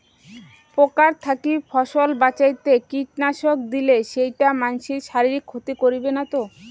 পোকার থাকি ফসল বাঁচাইতে কীটনাশক দিলে সেইটা মানসির শারীরিক ক্ষতি করিবে না তো?